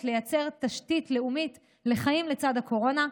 לייצר תשתית לאומית לחיים לצד הקורונה,